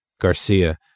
Garcia